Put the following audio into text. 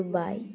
Dubai